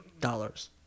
dollars